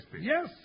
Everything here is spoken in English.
Yes